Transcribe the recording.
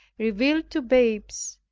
revealed to babes,